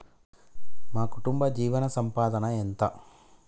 మా కుటుంబ జీవన సంపాదన ఎంత?